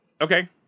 Okay